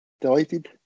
Delighted